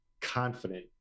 confident